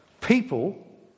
people